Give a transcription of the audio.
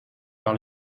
par